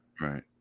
right